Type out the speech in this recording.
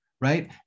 right